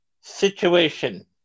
situation